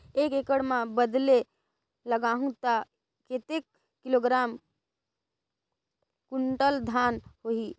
एक एकड़ मां बदले लगाहु ता कतेक किलोग्राम कुंटल धान होही?